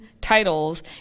titles